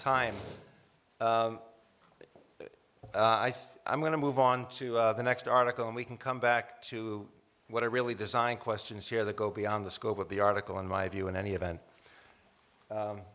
think i'm going to move on to the next article and we can come back to what i really designed questions here that go beyond the scope of the article in my view in any event